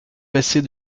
passée